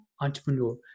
entrepreneur